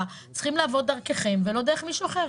צריכים לעבור דרככם ולא דרך מישהו אחר.